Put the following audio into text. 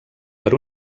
per